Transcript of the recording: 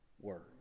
word